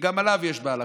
שגם עליו יש בהלכה,